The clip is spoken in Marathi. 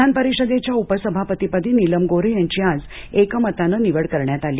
विधान परिषदेच्या उपसभापतीपदी नीलम गोऱ्हे यांची आज एकमतानं निवड करण्यात आली